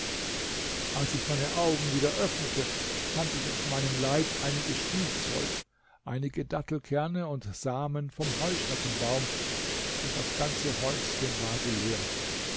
als ich meine augen wieder öffnete fand ich auf meinem leib einiges spielzeug einige dattelkerne und samen vom heuschreckenbaum und das ganze häuschen war geleert